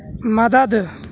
مدد